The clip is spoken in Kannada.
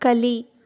ಕಲಿ